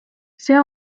see